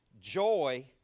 joy